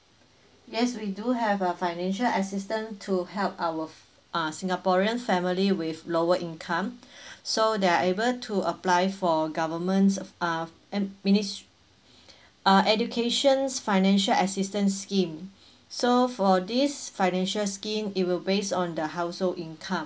yes we do have a financial assistance to help our f~ uh singaporean family with lower income so they are able to apply for governments f~ uh M minist~ uh education financial assistance scheme so for this financial scheme it will base on the household income